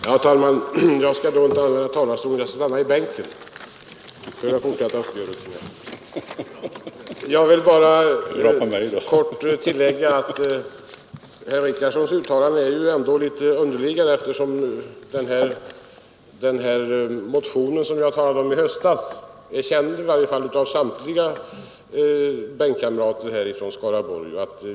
Herr talman! Då skall jag inte använda talarstolen utan står kvar i bänken vid den fortsatta uppgörelsen. Herr Richardsons uttalande är litet underligt eftersom den motion som vi talade om i höstas är känd av samtliga kamrater på Skaraborgsbänken.